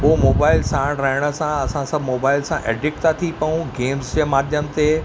हो मोबाइल साण रहण सां असां मोबाइल सां एडिक्ट था थी पऊं गेम्स जे माध्यमु ते